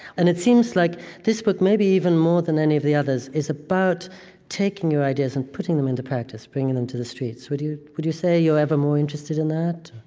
and it seems like this book, maybe even more than any of the others, is about taking your ideas and putting them into practice, bringing them to the streets. would you would you say you're ever more interested in that?